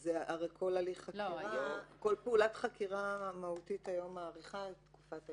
-- כל פעולת חקירה מהותית היום מאריכה את תקופת ההתיישנות.